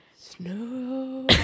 Snow